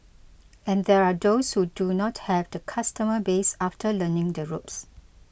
and there are those who do not have the customer base after learning the ropes